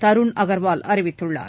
தருண் அகர்வால் அறிவித்துள்ளார்